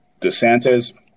DeSantis